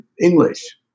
English